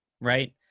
right